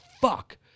fuck